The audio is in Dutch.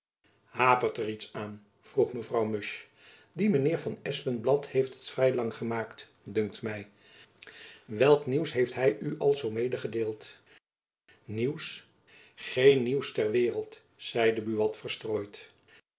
hapert er iets aan vroeg mevrouw musch die mijnheer van espenblad heeft het vrij lang gemaakt dunkt my welk nieuws heeft hy u al zoo medegedeeld nieuws geen nieuws ter waereld zeide buat verstrooid